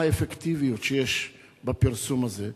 מה האפקטיביות שיש בפרסום הזה?